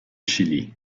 chili